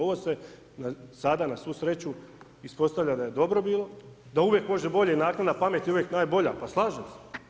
Ovo se sada, na svu sreću, ispostavlja da je dobro bilo, da uvijek može bolje, naknadna pamet je uvijek najbolja, pa slažem se.